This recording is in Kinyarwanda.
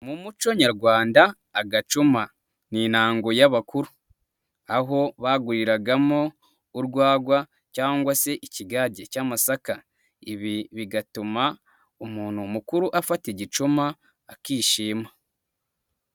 Mu muco nyarwanda agacuma n'intango y'abakuru, aho baguriragamo urwagwa cyangwa se ikigage cy'amasaka, ibi bigatuma umuntu mukuru afata igicuma akishima.